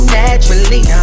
naturally